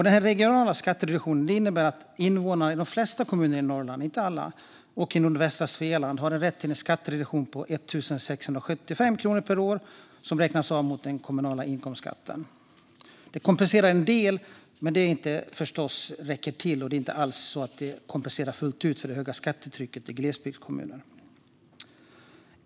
Den regionala skattereduktionen innebär att invånarna i de flesta kommuner i Norrland - inte alla - och i nordvästra Svealand har rätt till en skattereduktion på 1 675 kronor per år, som räknas av mot den kommunala inkomstskatten. Detta kompenserar en del, men det räcker förstås inte och kompenserar inte fullt ut för det höga skattetrycket i glesbygdskommuner.